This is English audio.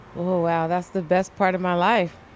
oh wow. that's the best part of my life,